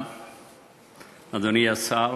המיוחדת,